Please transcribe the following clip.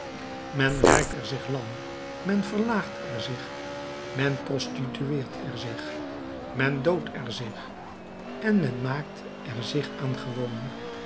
men werkt er zich lam men verlaagt er zich men prostitueert er zich men doodt er zich en men maakt er zich aan gewoon